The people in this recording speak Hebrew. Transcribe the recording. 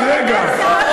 על-ידי שר התקשורת דאז,